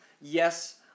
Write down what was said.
yes